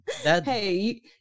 Hey